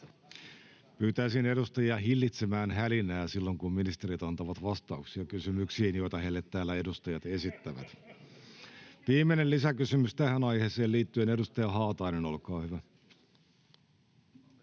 Pyytäisin edustajia hillitsemään hälinää silloin kun ministerit antavat vastauksia kysymyksiin, joita heille täällä edustajat esittävät. [Timo Heinonen: Kurvisella on niin paljon asiaa!